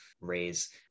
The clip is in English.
raise